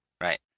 Right